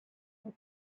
and